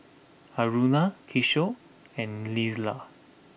Aruna Kishore and Neila